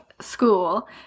school